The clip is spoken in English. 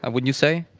ah wouldn't you say?